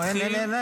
לא, לא, אין היום.